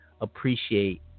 appreciate